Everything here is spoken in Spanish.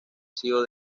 sido